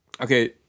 Okay